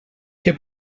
què